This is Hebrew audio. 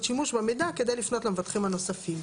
שימוש במידע כדי לפנות למבטחים הנוספים.